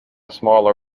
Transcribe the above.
smaller